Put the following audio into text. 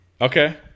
Okay